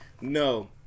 No